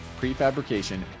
Prefabrication